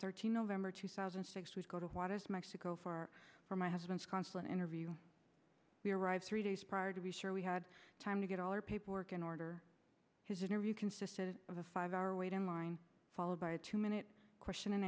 thirteen november two thousand and six we'd go to what is mexico far from my husband's consulate interview we arrived three days prior to be sure we had time to get all our paperwork in order his interview consisted of a five hour wait in line followed by a two minute question and